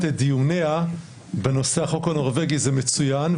את דיוניה בנושא החוק הנורבגי זה מצוין,